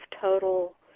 total